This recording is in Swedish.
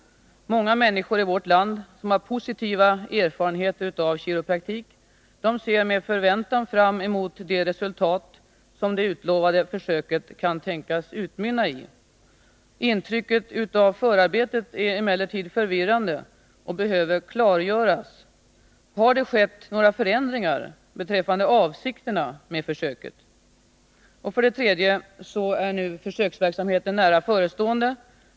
Många människor i vårt land som har positiva erfarenheter av kiropraktik ser med förväntan fram emot det resultat som det utlovade försöket kan tänkas utmynna i. Intrycket av förarbetet är emellertid förvirrande och behöver klargöras. Har det skett några förändringar beträffande avsikterna med försöket? För det tredje är nu försöksverksamheten nära förestående.